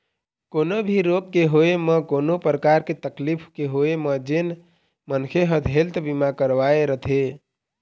कोनो भी रोग के होय म कोनो परकार के तकलीफ के होय म जेन मनखे ह हेल्थ बीमा करवाय रथे